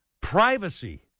Privacy